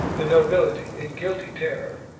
the nobility, in guilty terror,